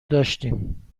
داشتیم